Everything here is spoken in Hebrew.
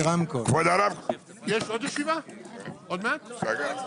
הישיבה ננעלה בשעה 11:00.